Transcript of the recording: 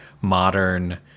modern